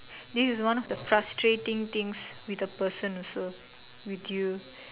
this is one of the frustrating things with the person also with you